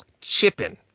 chipping